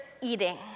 Eating